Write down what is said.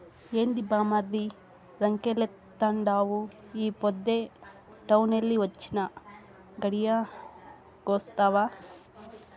ఏంది బామ్మర్ది రంకెలేత్తండావు ఈ పొద్దే టౌనెల్లి వొచ్చినా, గడియాగొస్తావా